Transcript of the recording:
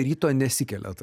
ryto nesikeliat